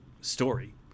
story